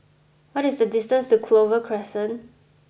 what is the distance to Clover Crescent